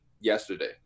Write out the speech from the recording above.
yesterday